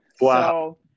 Wow